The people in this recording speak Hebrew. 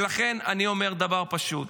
ולכן, אני אומר דבר פשוט: